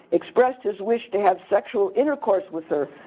expressed his wish to have sexual intercourse with her,